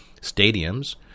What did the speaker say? stadiums